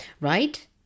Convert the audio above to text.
right